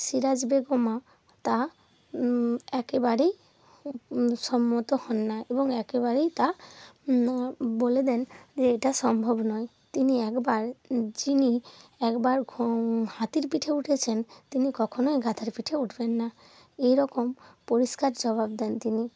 সিরাজ বেগম তা একেবারেই সম্মত হন না এবং একেবারেই তা বলে দেন যে এটা সম্ভব নয় তিনি একবার যিনি একবার হাতির পিঠে উঠেছেন তিনি কখনোই গাধার পিঠে উঠবেন না এই রকম পরিষ্কার জবাব দেন তিনি